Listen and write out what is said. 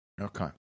Okay